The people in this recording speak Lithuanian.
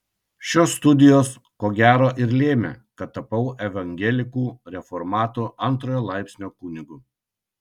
šios studijos ko gero ir lėmė kad tapau evangelikų reformatų antrojo laipsnio kunigu